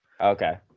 Okay